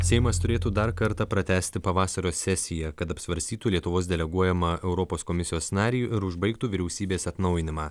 seimas turėtų dar kartą pratęsti pavasario sesiją kad apsvarstytų lietuvos deleguojamą europos komisijos narį ir užbaigtų vyriausybės atnaujinimą